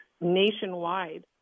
nationwide